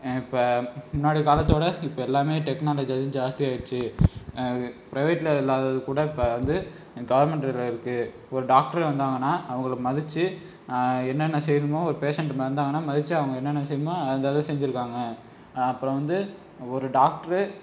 இப்போ முன்னாடி காலத்தோடு இப்போ எல்லாமே டெக்னாலஜி அதுவும் ஜாஸ்தியாயிடுச்சு பிரைவேட்டில் இல்லாதது கூட இப்போ வந்து கவர்மெண்ட்டில் இருக்குது இப்போ ஒரு டாக்டர் வந்தாங்கன்னா அவங்களை மதிச்சு என்னென்ன செய்யணுமோ ஒரு பேஷண்ட் வந்தாங்கன்னா மதிச்சு அவங்க என்னென்ன செய்யணுமோ அந்த இதை செஞ்சுருக்காங்க அப்புறம் வந்து ஒரு டாக்டர்